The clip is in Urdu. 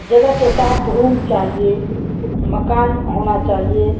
جگہ کے ساتھ روم چاہیے مکان ہونا چاہیے